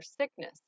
sickness